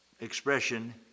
expression